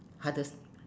hardest